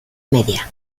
media